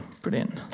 brilliant